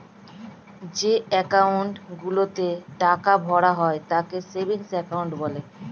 যে অ্যাকাউন্ট গুলোতে টাকা ভরা হয় তাকে সেভিংস অ্যাকাউন্ট বলে